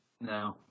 No